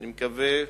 אני מקווה,